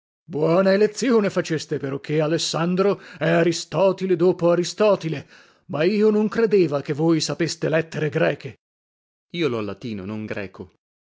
buona elezzione faceste peroché alessandro è aristotile dopo aristotile ma io non credeva che voi sapeste lettere grece per io lho latino non greco